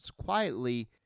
quietly